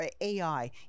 ai